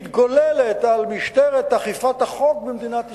מתגוללת על משטרת אכיפת החוק במדינת ישראל,